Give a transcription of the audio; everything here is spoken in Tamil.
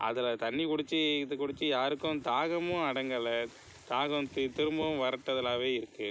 அதில் தண்ணி குடிச்சு இது குடிச்சு யாருக்கும் தாகமும் அடங்கலை தாகம் திரும்பவும் வறட்டுதலாகவே இருக்குது